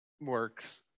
works